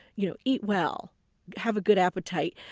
you know eat well have a good appetite.